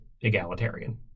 egalitarian